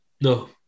No